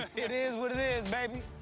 it is what it is, baby.